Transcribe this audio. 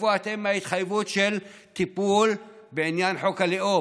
איפה אתם עם ההתחייבות לטיפול בעניין חוק הלאום?